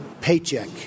paycheck